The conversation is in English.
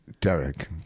Derek